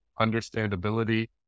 understandability